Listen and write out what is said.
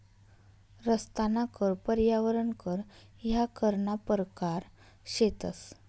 रस्ताना कर, पर्यावरण कर ह्या करना परकार शेतंस